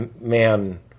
man